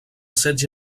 setge